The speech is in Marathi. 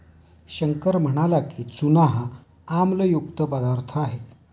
शंकर म्हणाला की, चूना हा आम्लयुक्त पदार्थ आहे